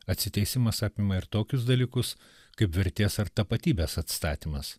atsiteisimas apima ir tokius dalykus kaip vertės ar tapatybės atstatymas